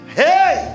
hey